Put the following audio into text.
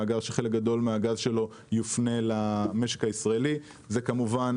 חלק גדול מהגז שלו יופנה למשק הישראלי וכמובן